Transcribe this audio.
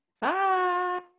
Bye